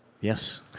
Yes